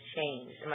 changed